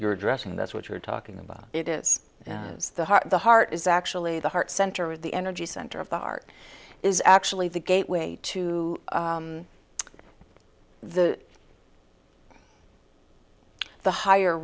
you're addressing that's what you're talking about it is the heart the heart is actually the heart center or the energy center of the heart is actually the gateway to the the higher